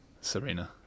Serena